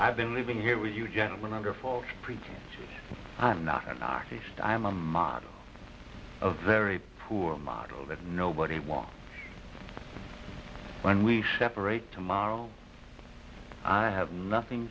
i've been living here with you gentlemen under false pretenses i'm not an artist i am a model of very poor model that nobody wants when we separate tomorrow i have nothing